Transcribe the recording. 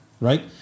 right